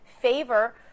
favor